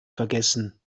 vergessen